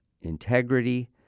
integrity